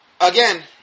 Again